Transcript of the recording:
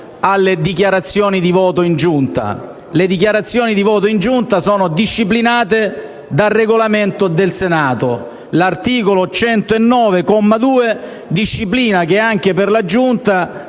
alle dichiarazioni di voto in Giunta. Le dichiarazioni di voto in Giunta sono disciplinate dal Regolamento del Senato: l'articolo 109, comma 2, prescrive che anche per la Giunta